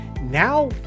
Now